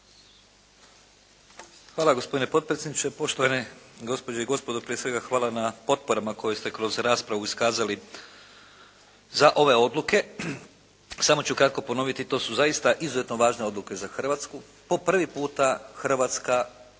Hvala gospodine potpredsjedniče. Poštovane gospođe i gospodo prije svega hvala na potporama koje ste kroz raspravu iskazali za ove odluke smo ću kratko ponoviti to su zaista izuzetno važne odluke za Hrvatsku. Po prvi puta Hrvatska